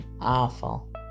awful